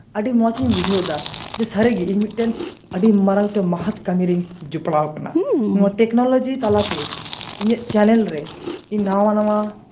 ᱟᱹᱰᱤ ᱢᱚᱸᱡ ᱤᱧ ᱵᱩᱡᱷᱟᱹᱣᱮᱫᱟ ᱡᱮ ᱥᱟᱹᱨᱤᱜᱮ ᱤᱧ ᱢᱤᱫᱴᱮᱱ ᱟᱹᱰᱤ ᱢᱟᱨᱟᱝ ᱢᱤᱫᱴᱟᱱ ᱢᱚᱦᱚᱛ ᱠᱟᱹᱢᱤᱨᱤᱧ ᱡᱚᱯᱲᱟᱣ ᱟᱠᱟᱱᱟ ᱱᱚᱣᱟ ᱴᱮᱠᱱᱳᱞᱚᱡᱤ ᱛᱟᱞᱟᱛᱮ ᱤᱧᱟᱹᱜ ᱪᱮᱱᱮᱞ ᱨᱮ ᱤᱧ ᱱᱟᱣᱟ